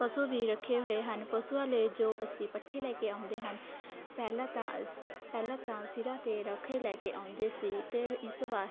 ਪਸੂ ਵੀ ਰੱਖੇ ਹੋਏ ਹਨ ਪਸੂਆਂ ਲਈ ਜੋ ਅਸੀਂ ਪੱਠੇ ਲੈ ਕੇ ਆਉਂਦੇ ਹਨ ਪਹਿਲਾਂ ਤਾਂ ਸ ਪਹਿਲਾਂ ਤਾਂ ਸਿਰਾਂ 'ਤੇ ਰੱਖ ਕੇ ਲੈ ਕੇ ਆਉਂਦੇ ਸੀ ਅਤੇ ਇਸ ਵਾਰ